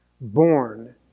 born